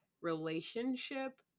relationship